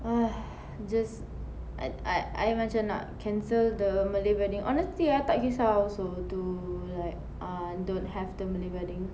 !hais! just I I I macam nak cancel the malay wedding honestly ah tak kesah also to like ah don't have the malay wedding